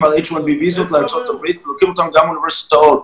על H1B ויזות לארצות הברית ורוצים אותם גם אוניברסיטאות.